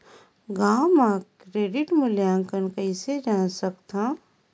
गांव म क्रेडिट मूल्यांकन कइसे जान सकथव?